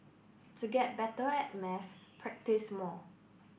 to get better at maths practice more